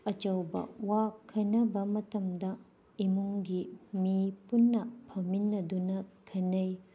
ꯑꯆꯧꯕ ꯋꯥ ꯈꯟꯅꯕ ꯃꯇꯝꯗ ꯏꯃꯨꯡꯒꯤ ꯃꯤ ꯄꯨꯟꯅ ꯐꯝꯃꯤꯟꯅꯗꯨꯅ ꯈꯟꯅꯩ